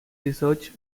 research